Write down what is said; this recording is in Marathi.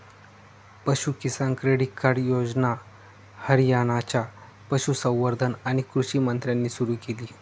पशु किसान क्रेडिट कार्ड योजना हरियाणाच्या पशुसंवर्धन आणि कृषी मंत्र्यांनी सुरू केली